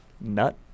nut